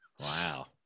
Wow